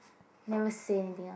never say anything ah